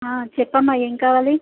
ఆ చెప్పమ్మా ఏం కావాలి